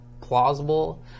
plausible